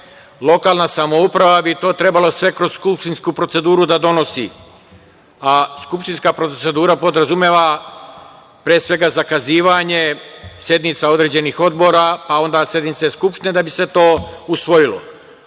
lokalna samouprava bi to trebala sve kroz skupštinsku proceduru da donosi, a skupštinska procedura podrazumeva, pre svega, zakazivanje sednica određenih odbora, pa sednica Skupštine, da bi se sve to usvojilo.